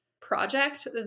project